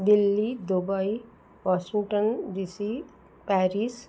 Delhi Dubai Washington D C Paris